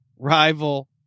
Rival